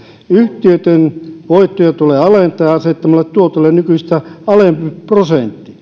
yhtiöitten voittoja tulee alentaa asettamalla tuotolle nykyistä alempi prosentti